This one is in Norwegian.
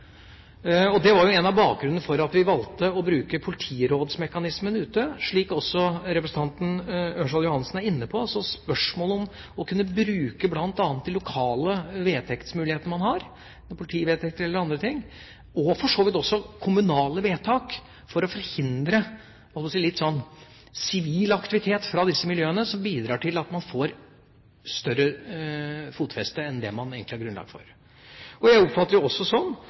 Det var en av grunnene til at vi valgte å bruke politirådsmekanismen ute, slik også representanten Ørsal Johansen var inne på. Så spørsmålet er om en kan bruke bl.a. de lokale vedtektsmulighetene man har, politivedtekter eller andre ting, og for så vidt også kommunale vedtak for å forhindre sivil aktivitet fra disse miljøene, som bidrar til at man får større fotfeste enn det det egentlig er grunnlag for. Jeg oppfatter det også